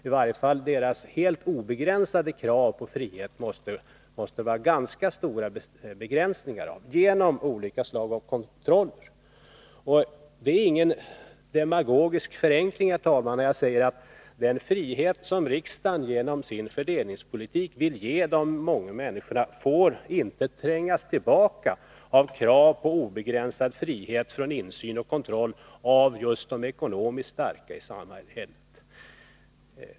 I varje fall måste deras helt obegränsade krav på frihet inskränkas genom olika slag av kontroller. Det är ingen demagogisk förenkling, herr talman, när jag säger att den frihet som riksdagen genom sin fördelningspolitik vill ge de många människorna inte får trängas tillbaka av krav på obegränsad frihet i fråga om insyn och kontroll från just de ekonomiskt starka i samhället.